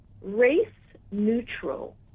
race-neutral